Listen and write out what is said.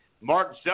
Mark